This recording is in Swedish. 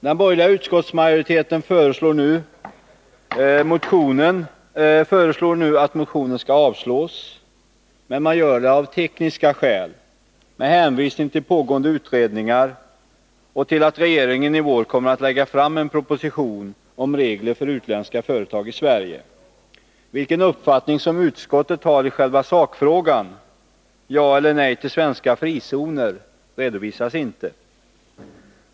Den borgerliga utskottsmajoriteten föreslår nu att motionen skall avslås, men man gör det av tekniska skäl, med hänvisning till pågående utredningar och till att regeringen i vår kommer att lägga fram en proposition om regler för utländska företag i Sverige. Vilken uppfattning utskottet har i själva sakfrågan — om man säger ja eller nej till svenska frizoner — redovisas inte.